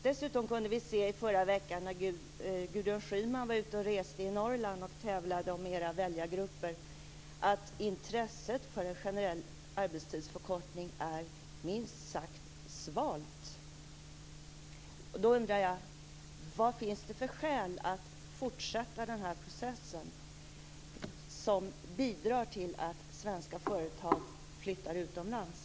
Dessutom kunde vi se förra veckan, när Gudrun Schyman reste i Norrland och tävlade om socialdemokraternas väljargrupper, att intresset för en generell arbetstidsförkortning minst sagt är svalt. Då undrar jag: Vad finns det för skäl att fortsätta den här processen som bidrar till att svenska företag flyttar utomlands?